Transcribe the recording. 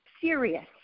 serious